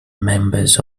members